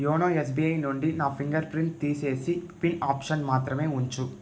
YONO SBI నుండి నా fingerprint తీసేసి పిన్ ఆప్షన్ మాత్రమే ఉంచు